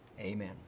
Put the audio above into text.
Amen